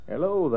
Hello